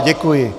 Děkuji.